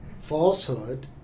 falsehood